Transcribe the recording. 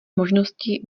možnosti